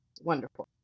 wonderful